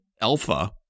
alpha